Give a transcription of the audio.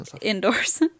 indoors